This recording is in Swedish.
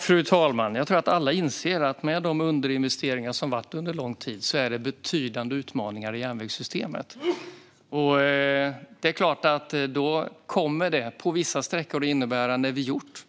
Fru talman! Jag tror att alla inser att det med de underinvesteringar som har varit under lång tid finns betydande utmaningar i järnvägssystemet. Det kommer såklart att innebära att när vi har gjort